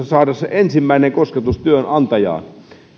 saada se ensimmäinen kosketus työnantajaan